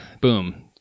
boom